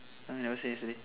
why never say yesterday